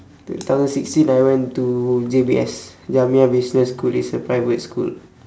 two thousand sixteen I went to J_B_S jamiyah business school it's a private school